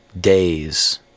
days